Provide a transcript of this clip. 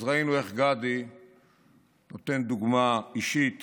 ראינו איך גדי נותן דוגמה אישית